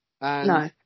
No